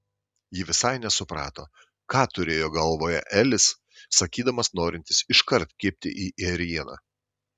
ji visai nesuprato ką turėjo galvoje elis sakydamas norintis iškart kibti į ėrieną